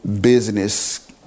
business